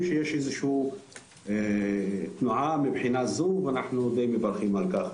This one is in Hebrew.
שיש איזושהי תנועה מבחינה זו ואנחנו די מברכים על כך.